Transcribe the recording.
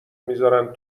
میزارن